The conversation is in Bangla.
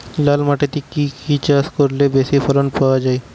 লাল মাটিতে কি কি চাষ করলে বেশি ফলন পাওয়া যায়?